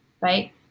right